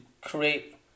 create